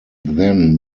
then